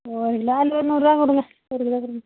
ஒரு கிலோ அதில் ஒரு நூற்ருபா கொடுங்க ஒரு கிலோ கொடுங்க